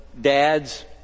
dads